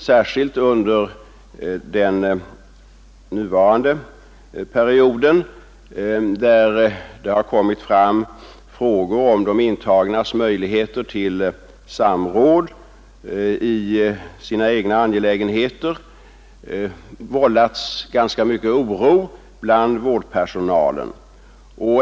Särskilt under den nuvarande perioden, då det har kommit fram frågor om de intagnas möjligheter till samråd i sina egna angelägenheter, har ganska mycken oro uppstått bland vårdpersonalen.